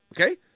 Okay